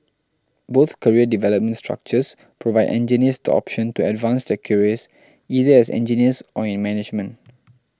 both career development structures provide engineers the option to advance their careers either as engineers or in management